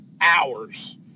hours